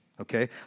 okay